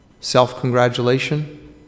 Self-congratulation